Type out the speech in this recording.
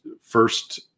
first